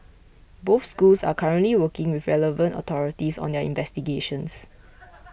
both schools are currently working with relevant authorities on their investigations